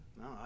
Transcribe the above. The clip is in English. No